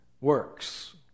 works